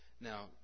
Now